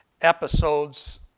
episodes